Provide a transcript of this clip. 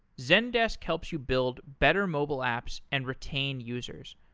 zendesk helps you build better mobile apps and retain users.